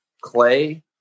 clay